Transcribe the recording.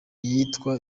yitwa